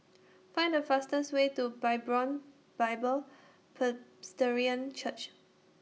Find The fastest Way to Hebron Bible Presbyterian Church